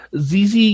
ZZ